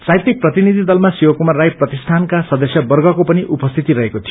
साछित्पीक प्रतिनिधि दलमा शिव कुमार राई प्रतिष्ठानका सदस्यवर्गको पनि उपस्थिति रहेको थियो